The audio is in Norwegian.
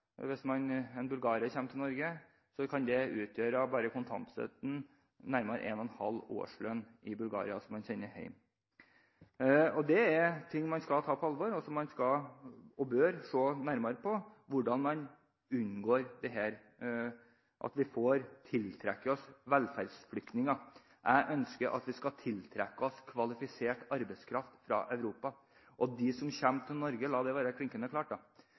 er ting man skal ta på alvor, og som man skal, og bør, se nærmere på – hvordan man unngår å tiltrekke seg velferdsflyktninger. Jeg ønsker at vi skal tiltrekke oss kvalifisert arbeidskraft fra Europa, og de som kommer til Norge – la det være klinkende